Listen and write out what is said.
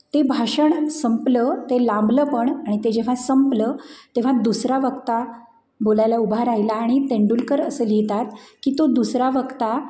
ते भाषण संपलं ते लांबलं पण आणि ते जेव्हा संपलं तेव्हा दुसरा वक्ता बोलायला उभा राहिला आणि तेंडुलकर असं लिहितात की तो दुसरा वक्ता